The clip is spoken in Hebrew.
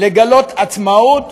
לגלות עצמאות,